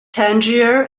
tangier